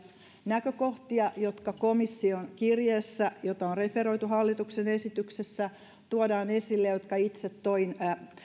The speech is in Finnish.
näkökohtia jotka komission kirjeessä jota on referoitu hallituksen esityksessä tuodaan esille ja jotka itse toin esiin